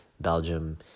Belgium